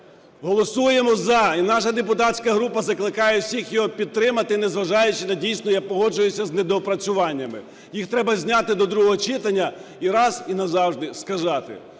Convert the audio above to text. Голосуємо "за" і наша депутатська група закликає всіх його підтримати, незважаючи на дійсно, я погоджуюся, з недоопрацюваннями. Їх треба зняти до другого читання і раз, і назавжди сказати,